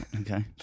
Okay